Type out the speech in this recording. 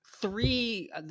three